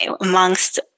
amongst